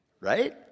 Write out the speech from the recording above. right